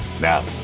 Now